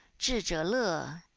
zhi zhe le,